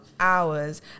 hours